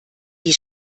die